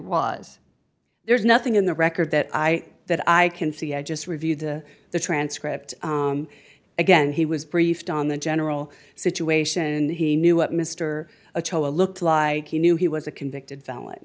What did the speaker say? was there's nothing in the record that i that i can see i just reviewed the the transcript again he was briefed on the general situation and he knew what mr choa looked like he knew he was a convicted felon